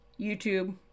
YouTube